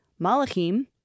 Malachim